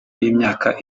y’imyaka